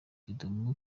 kidum